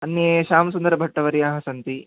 अन्ये शामसुन्दरभट्टवर्याः सन्ति